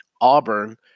Auburn